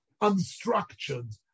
unstructured